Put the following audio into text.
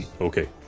okay